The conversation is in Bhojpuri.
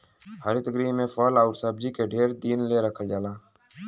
हरित गृह में फल आउर सब्जी के ढेर दिन ले रखल जाला